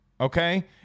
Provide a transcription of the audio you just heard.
okay